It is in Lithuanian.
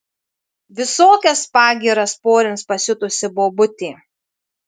visokias pagyras porins pasiutusi bobutė